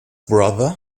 brother